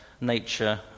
nature